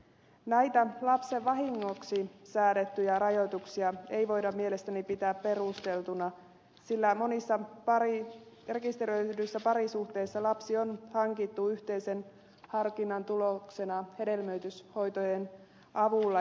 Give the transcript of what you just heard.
näitä lapsen vahingoksi säädettyjä rajoituksia ei voida mielestäni pitää perusteltuina sillä monissa rekisteröidyissä parisuhteissa lapsi on hankittu yhteisen harkinnan tuloksena hedelmöityshoitojen avulla